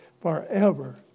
forever